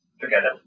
together